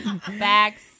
Facts